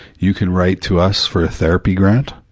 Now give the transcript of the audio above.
you can write to us for a therapy grant,